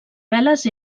veles